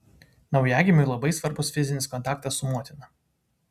naujagimiui labai svarbus fizinis kontaktas su motina